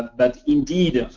but indeed,